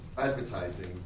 Advertising